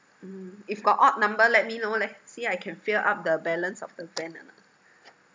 if got odd number let me know leh see I can fill up the balance of the van or not